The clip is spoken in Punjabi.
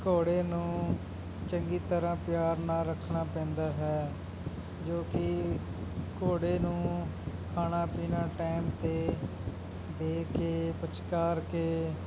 ਘੋੜੇ ਨੂੰ ਚੰਗੀ ਤਰ੍ਹਾਂ ਪਿਆਰ ਨਾਲ ਰੱਖਣਾ ਪੈਂਦਾ ਹੈ ਜੋ ਕਿ ਘੋੜੇ ਨੂੰ ਖਾਣਾ ਪੀਣਾ ਟਾਈਮ 'ਤੇ ਦੇ ਕੇ ਪੁਚਕਾਰ ਕੇ